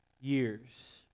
years